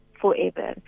forever